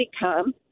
become